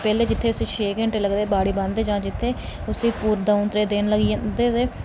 पैह्लें उसी जित्थें छे घैंटे लगदे हे बाड़ी बांहदे उत्थें उसी दौं त्रैऽ दिन लग्गी जंदे हे ते